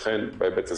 לכן, בהיבט הזה,